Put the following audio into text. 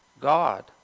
God